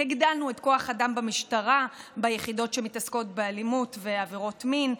הגדלנו את כוח האדם במשטרה ביחידות שמתעסקות באלימות ועבירות מין,